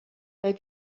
they